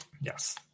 Yes